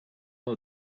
will